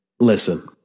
Listen